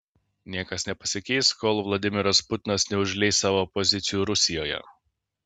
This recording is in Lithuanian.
niekas nepasikeis kol vladimiras putinas neužleis savo pozicijų rusijoje